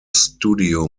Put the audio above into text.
studio